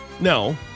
No